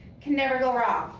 can never go wrong.